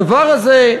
הדבר הזה,